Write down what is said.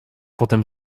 potem